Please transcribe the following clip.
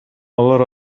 алар